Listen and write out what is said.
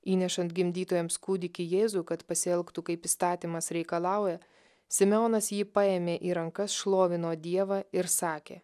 įnešant gimdytojams kūdikį jėzų kad pasielgtų kaip įstatymas reikalauja simeonas jį paėmė į rankas šlovino dievą ir sakė